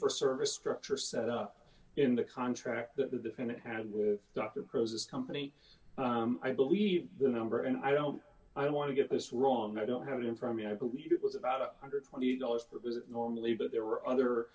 for service structure set up in the contract that the defendant had with dr prez's company i believe the number and i don't i don't want to get this wrong i don't have it in from the i believe it was about a one hundred and twenty dollars per visit normally but there were other